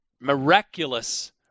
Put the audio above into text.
miraculous